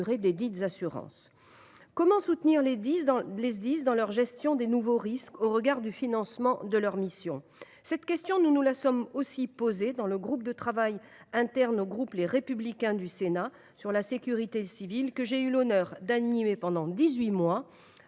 Comment soutenir les Sdis dans leur gestion des nouveaux risques, au regard du financement de leurs missions ?